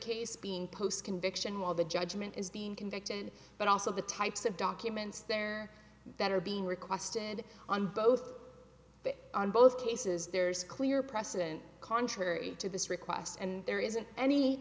case being post conviction while the judgment is being convicted but also the types of documents there that are being requested on both on both cases there's clear precedent contrary to this request and there isn't any